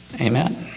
Amen